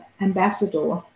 ambassador